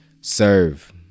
Serve